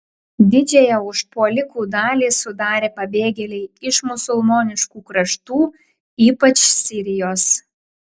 didžiąją užpuolikų dalį sudarė pabėgėliai iš musulmoniškų kraštų ypač sirijos